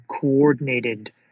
coordinated